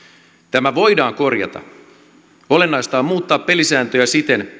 tämä voidaan korjata olennaista on muuttaa pelisääntöjä siten